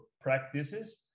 practices